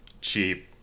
cheap